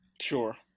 Sure